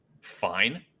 fine